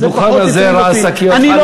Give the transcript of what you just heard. הדוכן הזה ראה שקיות חלב,